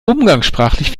umgangssprachlich